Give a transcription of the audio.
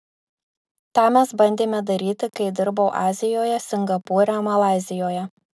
tą mes bandėme daryti kai dirbau azijoje singapūre malaizijoje